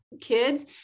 kids